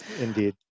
Indeed